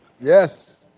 Yes